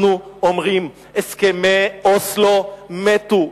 אנחנו אומרים: הסכמי אוסלו מתו,